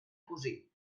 cosir